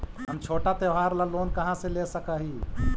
हम छोटा त्योहार ला लोन कहाँ से ले सक ही?